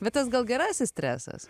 bet tas gal gerasis stresas